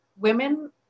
women